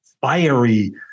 fiery